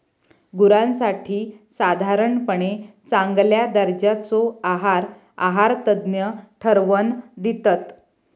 गुरांसाठी साधारणपणे चांगल्या दर्जाचो आहार आहारतज्ञ ठरवन दितत